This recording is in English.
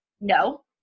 no